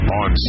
on